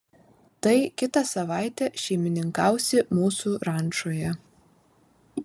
tai kitą savaitę šeimininkausi mūsų rančoje